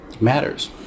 matters